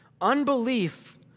Unbelief